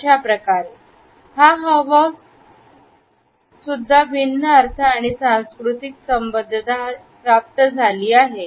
या हावभाव आला सुद्धा भिन्न अर्थ आणि सांस्कृतिक संबद्धता प्राप्त झाली आहे